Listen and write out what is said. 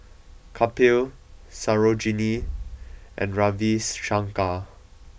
Kapil Sarojini and Ravi Shankar